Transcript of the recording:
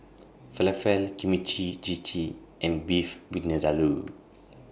Falafel Kimchi Jjigae and Beef Vindaloo